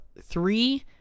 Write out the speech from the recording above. three